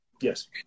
Yes